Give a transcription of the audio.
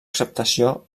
acceptació